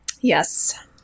Yes